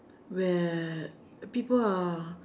where people are